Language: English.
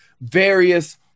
various